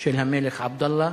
של המלך עבדאללה.